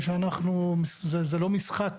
זה לא משחק